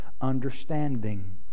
understanding